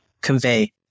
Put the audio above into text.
convey